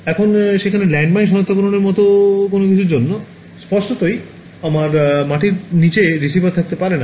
এখন সেখানে ল্যান্ডমাইন সনাক্তকরণের মতো কোনও কিছুর জন্য স্পষ্টতই আমার মাটির নিচে রিসিভার থাকতে পারে না